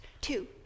Two